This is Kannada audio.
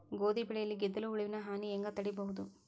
ಗೋಧಿ ಬೆಳೆಯಲ್ಲಿ ಗೆದ್ದಲು ಹುಳುವಿನ ಹಾನಿ ಹೆಂಗ ತಡೆಬಹುದು?